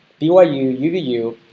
byu, uvu,